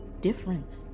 different